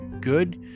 good